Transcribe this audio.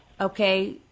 okay